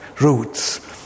roots